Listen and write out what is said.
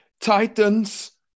Titans